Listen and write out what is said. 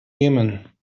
jemen